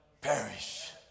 perish